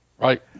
Right